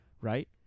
right